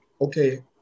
okay